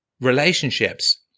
relationships